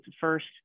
first